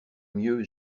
mieux